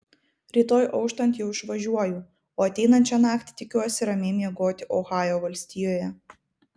rytoj auštant jau išvažiuoju o ateinančią naktį tikiuosi ramiai miegoti ohajo valstijoje